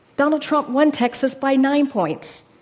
donald trump won texas by nine points.